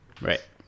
Right